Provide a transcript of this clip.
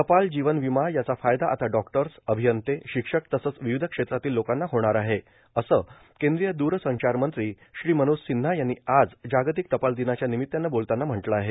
टपाल जीवन विमा याचा फायदा आता डॉक्टर्स अभियंते शिक्षक तसंच विविध क्षेत्रातील लोकांना होणार आहे असं केंद्रीय द्रसंचार मंत्री श्री मनोज सिन्हा यांनी आज जागतिक टपाल दिनाच्या निमित्तानं बोलताना म्हटलं आहे